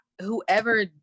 whoever